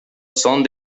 son